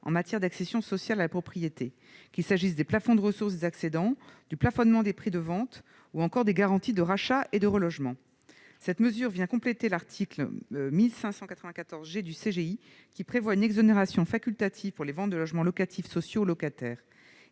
en matière d'accession sociale à la propriété, qu'il s'agisse des plafonds de ressources des accédants, du plafonnement des prix de vente ou encore des garanties de rachat et de relogement. Cette mesure vient compléter l'article 1594 G du code général des impôts, qui prévoit une exonération facultative de droits d'enregistrement pour les ventes de logements locatifs sociaux aux locataires.